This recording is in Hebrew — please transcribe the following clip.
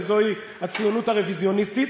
וזוהי הציונות הרוויזיוניסטית,